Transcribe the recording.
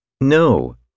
No